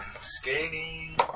skating